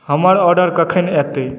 हमर ऑर्डर कखन अयतै